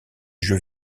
jeux